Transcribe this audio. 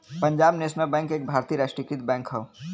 Punjab national bank एक भारतीय राष्ट्रीयकृत बैंक हौ